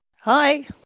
Hi